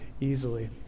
easily